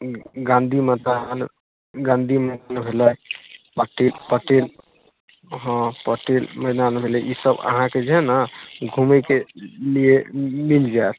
गाँधी मैदान गाँधी मैदान भेलै पटेल पटेल हँ पटेल मैदान भेलै ईसब अहाँके जे हइ ने घुमैकेलिए मिल जाएत